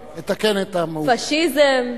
פאשיזם,